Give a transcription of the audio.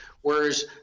Whereas